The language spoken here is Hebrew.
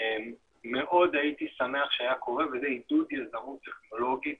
מאוד הייתי שמח שהיה קורה וזה עידוד יזמות טכנולוגיות